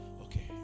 Okay